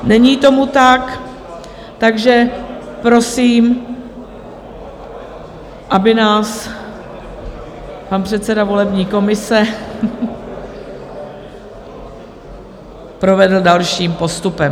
Není tomu tak, takže prosím, aby nás pan předseda volební komise provedl dalším postupem.